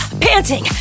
panting